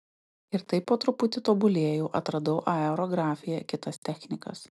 ir taip po truputį tobulėjau atradau aerografiją kitas technikas